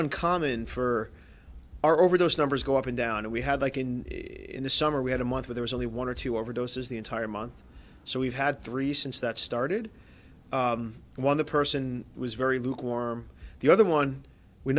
uncommon for our over those numbers go up and down and we had like in in the summer we had a month where there is only one or two overdoses the entire month so we've had three since that started one the person was very lukewarm the other one we